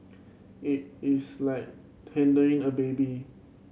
it is like handling a baby